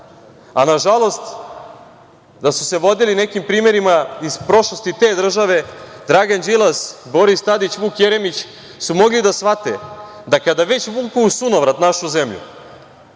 a na žalost, da su se vodili nekim primerima, iz prošlosti te države, Dragan Đilas, Boris Tadić i Vuk Jeremić, su mogli da shvate, da kada već vuku u sunovrat našu zemlju,